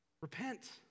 Repent